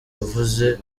yavuze